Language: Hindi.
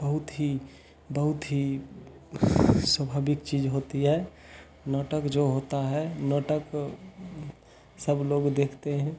बहुत ही बहुत ही स्वभाविक चीज होती है नाटक जो होता है नाटक सब लोग देखते हैं